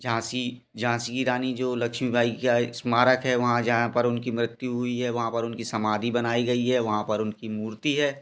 झांसी झांसी की रानी जो लक्ष्मीबाई का स्मारक है वहाँ जहाँ पर उनकी मृत्यु हुई है वहाँ पर उनकी समाधि बनाई गई है वहाँ पर उनकी मूर्ति है